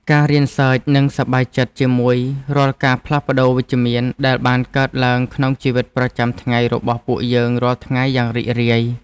ការរៀនសើចនិងសប្បាយចិត្តជាមួយរាល់ការផ្លាស់ប្តូរវិជ្ជមានដែលបានកើតឡើងក្នុងជីវិតប្រចាំថ្ងៃរបស់ពួកយើងរាល់ថ្ងៃយ៉ាងរីករាយ។